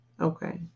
Okay